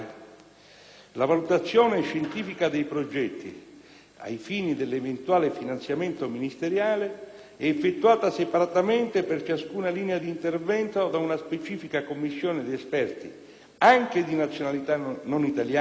La valutazione scientifica dei progetti, ai fini dell'eventuale finanziamento ministeriale, è effettuata separatamente per ciascuna linea di intervento da una specifica commissione di esperti, anche di nazionalità non italiana,